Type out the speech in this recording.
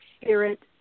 spirit